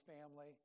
family